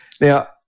Now